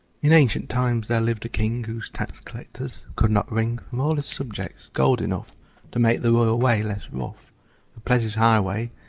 in ancient times there lived a king whose tax-collectors could not wring from all his subjects gold enough to make the royal way less rough. for pleasure's highway,